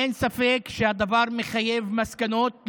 אין ספק שהדבר מחייב מסקנות.